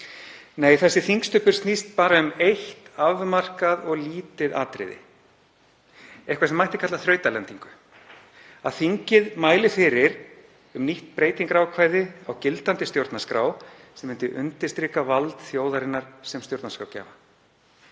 Nei, þessi þingstubbur snýst bara um eitt afmarkað og lítið atriði, eitthvað sem mætti kalla þrautalendingu, að þingið mæli fyrir um nýtt breytingarákvæði á gildandi stjórnarskrá sem myndi undirstrika vald þjóðarinnar sem stjórnarskrárgjafa.